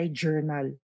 journal